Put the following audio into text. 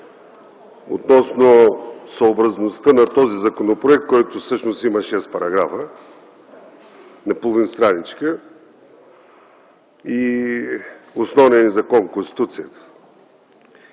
относно съобразността на този законопроект, който всъщност има 6 параграфа – на половин страничка, и основния ни закон – Конституцията.